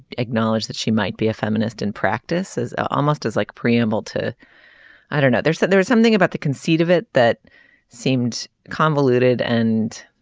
acknowledge that she might be a feminist and practice as almost as like a preamble to i don't know there's that there's something about the conceit of it that seemed convoluted and